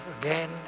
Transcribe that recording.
again